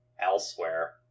elsewhere